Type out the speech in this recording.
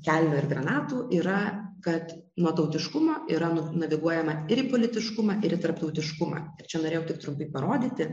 kelnių ir granatų yra kad nuo tautiškumo yra naviguojama ir politiškumą ir į tarptautiškumą tai čia norėjau tik trumpai parodyti